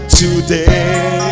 today